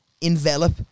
envelop